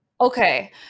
Okay